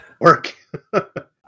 work